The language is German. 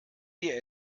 wir